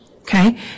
Okay